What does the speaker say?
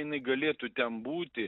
jinai galėtų ten būti